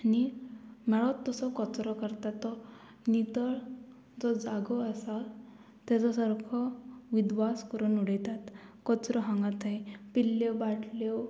आनी मेळोत तसो कचरो करता तो नितळ जो जागो आसा तेजो सारको विद्वास करून उडयतात कचरो हांगा थंय पिल्ल्यो बाटल्यो